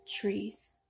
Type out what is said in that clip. trees